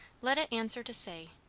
let it answer to say,